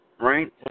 right